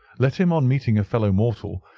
let him, on meeting a fellow-mortal,